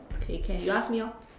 okay can you ask me orh